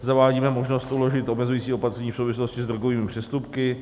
Zavádíme možnost uložit omezující opatření v souvislosti s drogovými přestupky.